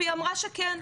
והיא אמרה שכן,